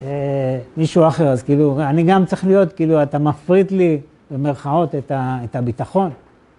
מישהו אחר, אז כאילו, אני גם צריך להיות, כאילו, אתה מפריט לי במירכאות את הביטחון.